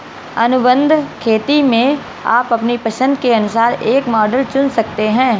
अनुबंध खेती में आप अपनी पसंद के अनुसार एक मॉडल चुन सकते हैं